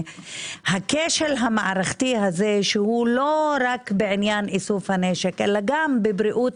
הכשל המערכתי הזה שהוא לא רק בעניין איסוף הנשק אלא גם בבריאות